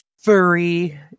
furry